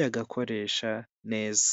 yagakoresha neza.